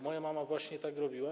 Moja mama właśnie tak robiła.